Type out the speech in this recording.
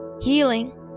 healing